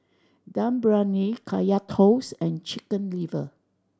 Dum Briyani Kaya Toast and Chicken Liver